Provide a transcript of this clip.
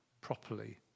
properly